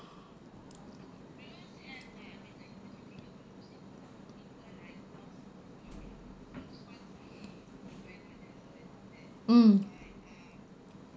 mm